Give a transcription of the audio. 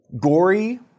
Gory